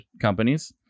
companies